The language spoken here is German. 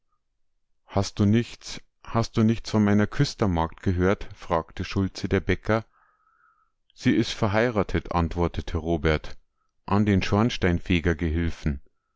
hast du nichts hast du nichts von meiner küstermagd gehört fragte schulze der bäcker sie is verheiratet antwortete robert an den